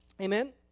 Amen